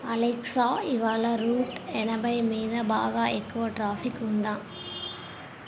Alexa ఇవాళ route ఎనభై మీద బాగా ఎక్కువ ట్రాఫిక్ ఉందా